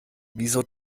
wieso